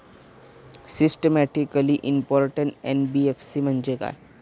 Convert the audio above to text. Systematically important NBFC म्हणजे काय?